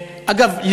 אגב,